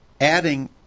adding